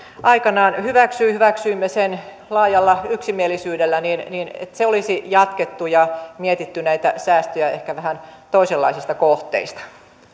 aikanaan hyväksyi hyväksyimme sen laajalla yksimielisyydellä olisi jatkettu ja mietitty näitä säästöjä ehkä vähän toisenlaisista kohteista